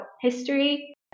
history